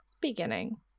Beginning